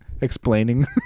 explaining